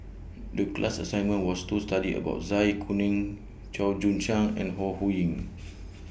The class assignment was to study about Zai Kuning Chua Joon Siang and Ho Ho Ying